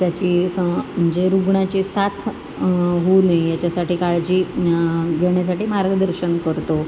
त्याची सं म्हणजे रुग्णाची साथ होऊ नये याच्यासाठी काळजी घेण्यासाठी मार्गदर्शन करतो